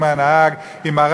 שר